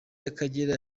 y’akagera